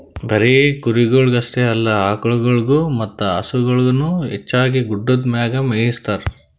ಬರೀ ಕುರಿಗೊಳ್ ಅಷ್ಟೆ ಅಲ್ಲಾ ಆಕುಳಗೊಳ್ ಮತ್ತ ಹಸುಗೊಳನು ಹೆಚ್ಚಾಗಿ ಗುಡ್ಡದ್ ಮ್ಯಾಗೆ ಮೇಯಿಸ್ತಾರ